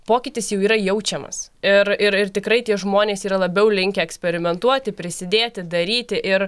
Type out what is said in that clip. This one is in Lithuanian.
pokytis jau yra jaučiamas ir ir ir tikrai tie žmonės yra labiau linkę eksperimentuoti prisidėti daryti ir